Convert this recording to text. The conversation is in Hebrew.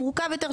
מורכב יותר,